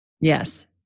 Yes